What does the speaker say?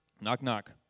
Knock-knock